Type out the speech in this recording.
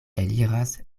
eliras